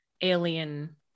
alien